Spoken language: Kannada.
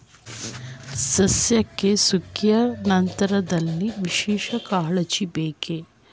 ಸಸ್ಯಕ್ಕೆ ಸುಗ್ಗಿಯ ನಂತರದಲ್ಲಿ ವಿಶೇಷ ಕಾಳಜಿ ಬೇಕೇ?